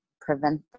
prevent